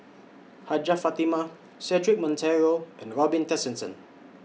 Hajjah Fatimah Cedric Monteiro and Robin Tessensohn